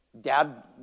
Dad